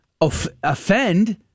offend